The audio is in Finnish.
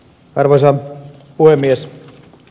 arvoisa puhemies